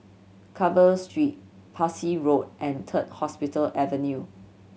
Carver Street Parsi Road and Third Hospital Avenue